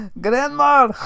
Grandma